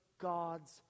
God's